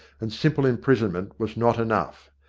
and simple imprisonment was not enough.